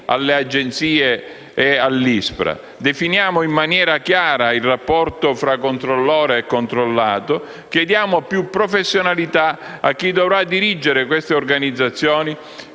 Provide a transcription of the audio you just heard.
alle Agenzie e all'ISPRA; definiamo in maniera chiara il rapporto fra controllore e controllato, chiediamo più professionalità a chi dovrà dirigere queste organizzazioni